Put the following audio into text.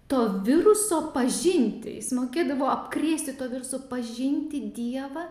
to viruso pažinti jis mokėdavo apkrėsti tuo virusu pažinti dievą